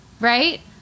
Right